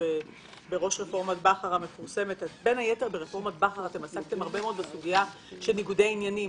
בין היתר ברפורמת בכר עסקתם הרבה מאוד בסוגיה של ניגודי עניינים